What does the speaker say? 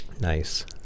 nice